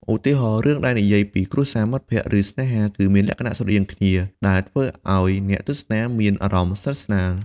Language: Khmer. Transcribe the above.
ឧទាហរណ៍ រឿងដែលនិយាយពីគ្រួសារ មិត្តភក្តិ ឬស្នេហាគឺមានលក្ខណៈស្រដៀងគ្នា ដែលធ្វើឲ្យអ្នកទស្សនាមានអារម្មណ៍ស្និទ្ធស្នាល។